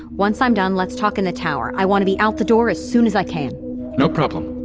once i'm done, let's talk in the tower. i want to be out the door as soon as i can no problem